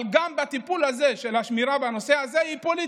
אבל הטיפול הזה של שמירה בנושא הזה הוא פוליטי.